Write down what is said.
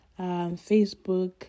Facebook